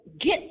get